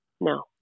No